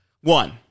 One